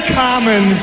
common